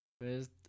First